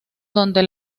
donde